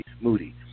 Moody